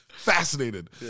fascinated